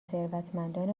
ثروتمندان